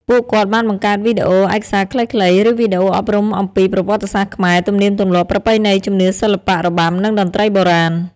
ពួកគាត់បានបង្កើតវីដេអូឯកសារខ្លីៗ ឬវីដេអូអប់រំអំពីប្រវត្តិសាស្ត្រខ្មែរ ទំនៀមទម្លាប់ ប្រពៃណី ជំនឿ សិល្បៈ របាំ និងតន្ត្រីបុរាណ។